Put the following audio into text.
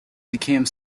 became